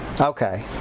Okay